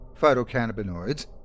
phytocannabinoids